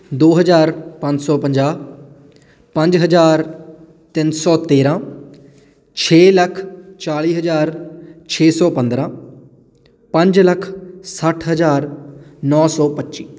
ਦੋ ਹਜ਼ਾਰ ਪੰਜ ਸੌ ਪੰਜਾਹ ਪੰਜ ਹਜ਼ਾਰ ਤਿੰਨ ਸੌ ਤੇਰਾਂ ਛੇ ਲੱਖ ਚਾਲੀ ਹਜ਼ਾਰ ਛੇ ਸੌ ਪੰਦਰਾਂ ਪੰਜ ਲੱਖ ਸੱਠ ਹਜ਼ਾਰ ਨੌ ਸੌ ਪੱਚੀ